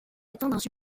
atteindre